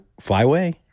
flyway